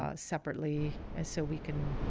ah separately, and so we can